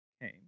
came